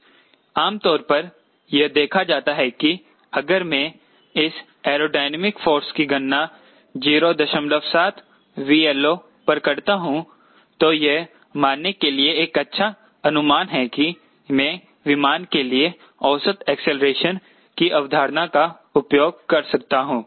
आम तौर पर यह देखा जाता है कि अगर मैं इस एयरोडायनामिक फोर्स की गणना 07 𝑉LO पर करता हूं तो यह मानने के लिए एक अच्छा अनुमान है कि मैं विमान के लिए औसत एक्सेलरेशन की अवधारणा का उपयोग कर सकता हूं